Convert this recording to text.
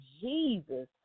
Jesus